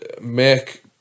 make